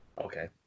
Okay